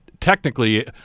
technically